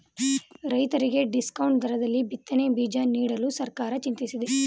ರೈತರಿಗೆ ಡಿಸ್ಕೌಂಟ್ ದರದಲ್ಲಿ ಬಿತ್ತನೆ ಬೀಜ ನೀಡಲು ಸರ್ಕಾರ ಚಿಂತಿಸಿದೆ